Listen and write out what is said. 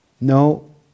no